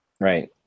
Right